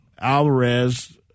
Alvarez